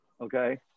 okay